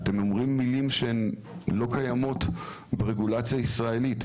אתם אומרים מילים שהן לא קיימות ברגולציה הישראלית.